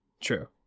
true